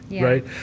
right